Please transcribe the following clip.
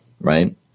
right